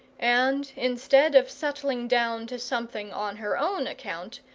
and, instead of settling down to something on her own account,